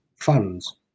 funds